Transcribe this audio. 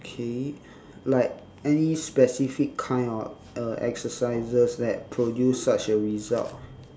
okay like any specific kind of uh exercises that produce such a result